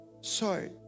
Sorry